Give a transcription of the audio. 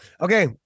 Okay